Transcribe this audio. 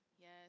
Yes